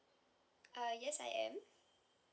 uh yes I am